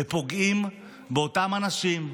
ופוגעים באותם אנשים,